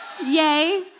Yay